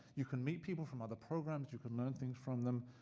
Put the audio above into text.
you can meet people from other programs. you can learn things from them.